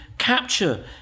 capture